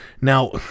Now